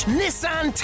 nissan